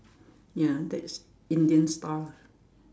ya that's Indian style